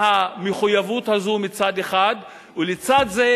מהמחויבות הזאת, מצד אחד, ולצד זה